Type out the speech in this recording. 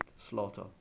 slaughter